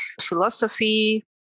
philosophy